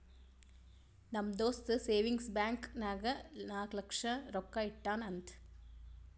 ನಮ್ ದೋಸ್ತ savings bank ನಾಗ್ ನಾಲ್ಕ ಲಕ್ಷ ರೊಕ್ಕಾ ಇಟ್ಟಾನ್ ಅಂತ್